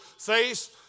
face